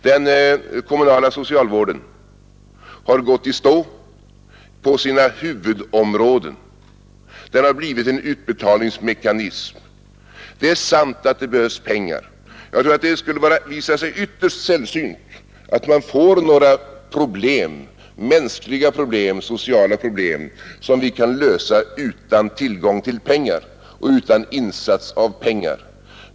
Den kommunala socialvården har gått i stå på sina huvudområden, den har blivit en utbetalningsmekanism. Det är sant att det behövs pengar. Jag tror det skulle visa sig ytterst sällsynt att vi skulle kunna lösa några problem, mänskliga eller sociala, utan tillgång till pengar och utan insats av pengar.